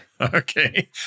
Okay